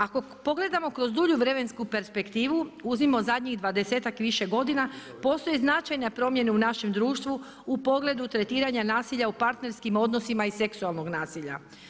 Ako pogledamo kroz dulju vremensku perspektivu, uzmimo zadnjih dvadesetak i više godina postoje značajne promjene u našem društvu u pogledu tretiranja nasilja u partnerskim odnosima i seksualnog nasilja.